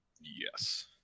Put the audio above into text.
yes